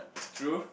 true